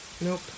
Nope